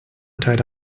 tied